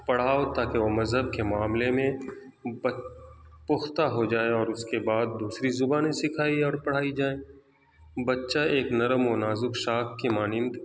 پڑھاؤ تاکہ وہ مذہب کے معاملے میں پختہ ہو جائیں اور اس کے بعد دوسری زبانیں سکھائی اور پڑھائی جائیں بچہ ایک نرم و نازک شاخ کے مانند